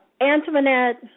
Antoinette